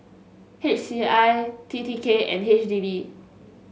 H C I T T K and H D B